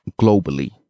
globally